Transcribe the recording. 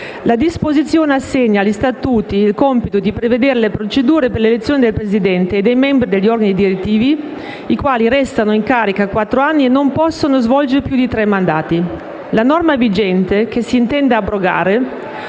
La disposizione assegna agli statuti il compito di prevedere le procedure per l'elezione del presidente e dei membri degli organi direttivi, i quali restano in carica quattro anni e non possono svolgere più di tre mandati. La norma vigente, che si intende abrogare